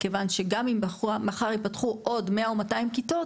כיוון שגם אם מחר ייפתחו 100 או 200 כיתות,